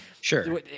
sure